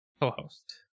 co-host